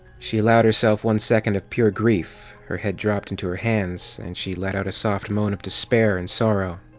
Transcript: she allowed herself one second of pure grief. her head dropped into her hands, and she let out a soft moan of despair and sorrow.